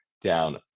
down